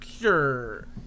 sure